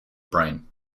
brain